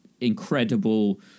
incredible